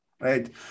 right